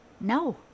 no